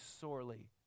sorely